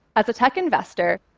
as a tech investor,